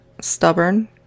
stubborn